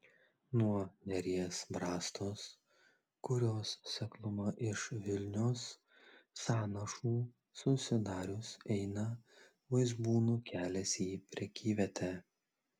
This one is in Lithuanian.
nuo neries brastos kurios sekluma iš vilnios sąnašų susidarius eina vaizbūnų kelias į prekyvietę